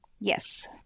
Yes